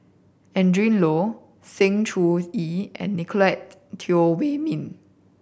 Adrin Loi Sng Choon Yee and Nicoletted Teo Wei Min